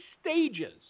stages